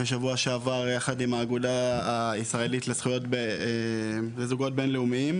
בשבוע שעבר יחד עם האגודה הישראלית לזוגות בין-לאומיים,